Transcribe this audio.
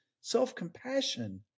self-compassion